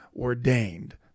ordained